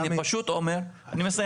אני פשוט אומר --- תמתין.